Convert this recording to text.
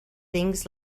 things